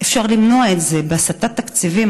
אפשר למנוע את זה בהסטת תקציבים,